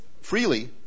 freely